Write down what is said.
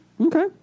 Okay